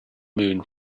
moon